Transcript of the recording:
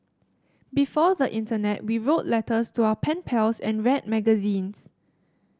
before the internet we wrote letters to our pen pals and read magazines